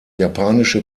japanische